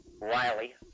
Riley